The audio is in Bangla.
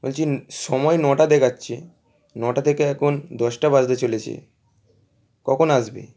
বলছি সময় নটা দেখাচ্ছে নটা থেকে এখন দশটা বাজতে চলেছে কখন আসবে